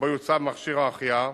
שבו יוצב מכשיר ההחייאה,